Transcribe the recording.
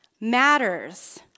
matters